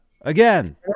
again